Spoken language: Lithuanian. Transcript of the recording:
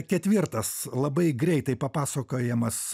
ketvirtas labai greitai papasakojamas